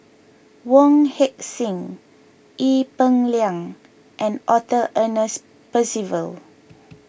Wong Heck Sing Ee Peng Liang and Arthur Ernest Percival